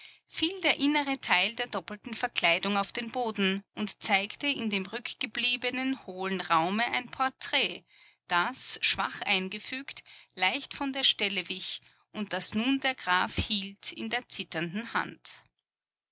fiel der innere teil der doppelten verkleidung auf den boden und zeigte in dem rückgebliebenen hohlen raume ein porträt das schwach eingefügt leicht von der stelle wich und das nun der graf hielt in der zitternden hand